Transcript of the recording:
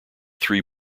three